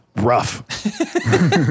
rough